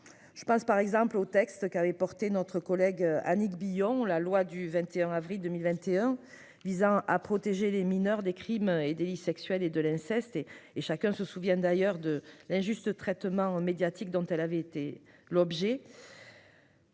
Je pense par exemple au texte qui avait porté notre collègue Annick Billon, la loi du 21 avril 2021 visant à protéger les mineurs des crimes et délits sexuels et de l'inceste et et chacun se souvient d'ailleurs de l'injuste traitement médiatique dont elle avait été l'objet.--